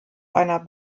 einer